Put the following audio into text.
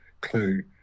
clue